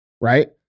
right